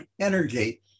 energy